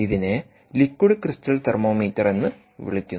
ഇതിനെ liquid crystal thermometer എന്ന് വിളിക്കുന്നു